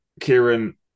Kieran